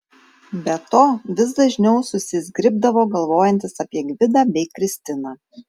be to vis dažniau susizgribdavo galvojantis apie gvidą bei kristiną